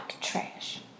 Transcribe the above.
trash